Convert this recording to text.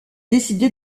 décidé